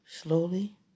Slowly